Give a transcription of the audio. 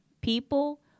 people